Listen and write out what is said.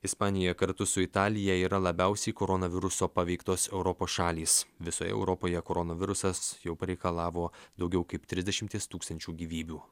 ispanija kartu su italija yra labiausiai koronaviruso paveiktos europos šalys visoje europoje koronavirusas jau pareikalavo daugiau kaip trisdešimties tūkstančių gyvybių